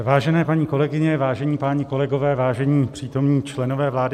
Vážené paní kolegyně, vážení páni kolegové, vážení přítomní členové vlády.